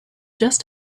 just